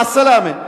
מַעַ א-סַלאמֶה.